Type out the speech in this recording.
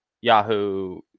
Yahoo